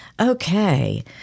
Okay